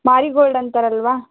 marigold ಅಂತಾರಲ್ಲವಾ